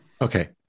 Okay